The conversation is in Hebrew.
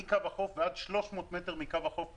מקו החוף ועד 300 מטר מקו החוף בים.